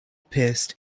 pierced